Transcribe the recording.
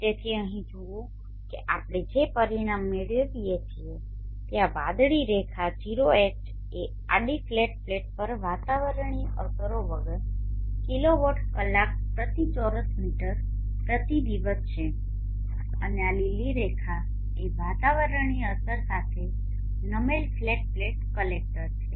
તેથી અહીં જુઓ કે આપણે જે પરિણામ મેળવીએ છીએ તે આ વાદળી રેખા H0 એ આડી ફ્લેટ પ્લેટ પર વાતાવરણીય અસરો વગર કિલોવોટ કલાક પ્રતિ ચોરસ મીટર પ્રતિ દિવસ છે અને આ લીલી રેખા એ વાતાવરણીય અસરો સાથે નમેલ ફ્લેટ પ્લેટ કલેક્ટર છે